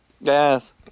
Yes